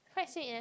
quite sweet eh